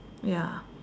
ya